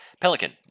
Pelican